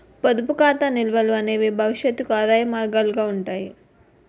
పొదుపు ఖాతా నిల్వలు అనేవి భవిష్యత్తుకు ఆదాయ మార్గాలుగా ఉంటాయి